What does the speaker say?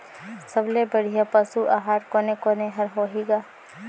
सबले बढ़िया पशु आहार कोने कोने हर होही ग?